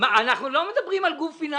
אנחנו לא מדברים על גוף פיננסי.